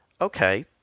okay